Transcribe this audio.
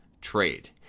trade